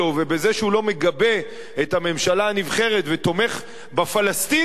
ובזה שהוא לא מגבה את הממשלה הנבחרת ותומך בפלסטינים,